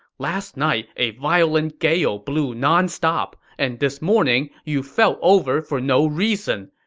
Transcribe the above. last night a violent gale blew nonstop. and this morning, you fell over for no reason.